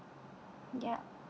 yup